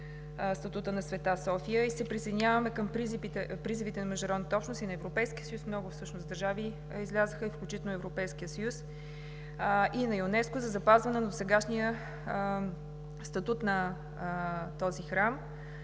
статута на „Света София“ и се присъединяваме към призивите на международната общност и на Европейския съюз. Много държави излязоха, включително от Европейския съюз и ЮНЕСКО, за запазване на сегашния статут на този храм.